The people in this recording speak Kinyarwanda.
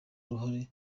uruhare